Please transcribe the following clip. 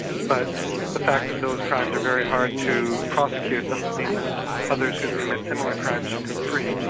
but the fact that those crimes are very hard to prosecute doesn't mean that others who commit similar crimes should go free.